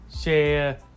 share